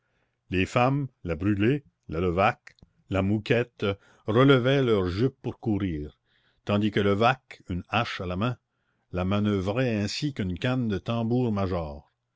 les femmes la brûlé la levaque la mouquette relevaient leurs jupes pour courir tandis que levaque une hache à la main la manoeuvrait ainsi qu'une canne de tambour-major